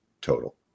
total